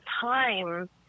time